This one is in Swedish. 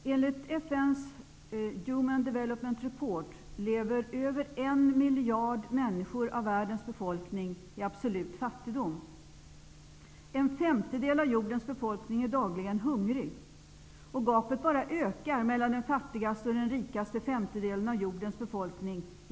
Herr talman! Enligt FN:s Human Development Report lever över 1 miljard människor av världens befolkning i absolut fattigdom. En femtedel av jordens befolkning är dagligen hungriga. Enligt nämnda rapport ökar gapet mellan den fattigaste och den rikaste femtedelan av jordens befolkning.